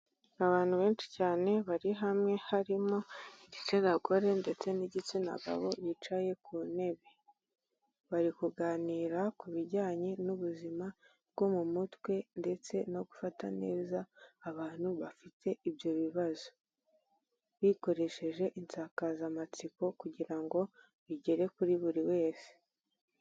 Abantu benshi cyane bari hamwe harimo igitsina gore ndetse n'igitsina gabo bicaye ku ntebe. Bari kuganira ku bijyanye n'ubuzima bwo mu mutwe, ndetse no gufata neza abantu bafite ibyo bibazo bikoresheje insankazayamatsiko kugira ngo bigere kuri buri wese.